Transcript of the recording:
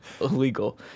illegal